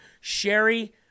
Sherry